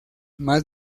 más